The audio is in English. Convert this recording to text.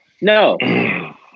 No